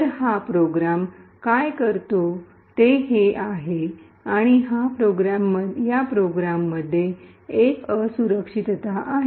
तर हा प्रोग्राम काय करतो ते हे आहे आणि या प्रोग्राममध्ये एक असुरक्षितता आहे